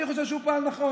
אני חושב שהוא פעל נכון.